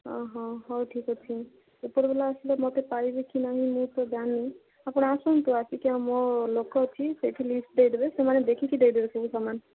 ହଁ ହଁ ହଉ ଠିକ୍ ଅଛି ଉପର ବାଲା ଆସିଲେ ମୋତେ ପାଇବେ କି ନାହିଁ ମୁଁ ତ ଜାଣିନି ଆପଣ ଆସନ୍ତୁ ଆସିକି ଆମ ଲୋକ ଅଛି ସେଇଠି ଲିଷ୍ଟ ଦେଇଦେବେ ସେମାନେ ଦେଖିକି ଦେଇଦେବେ ସବୁ ସାମାନ୍